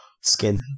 Skin